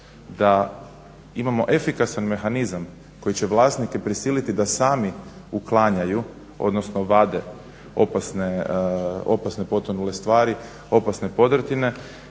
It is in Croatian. da imamo efikasan mehanizam koji će vlasnike prisiliti da sami uklanjaju, odnosno vade opasne potonule stvari, opasne podrtine.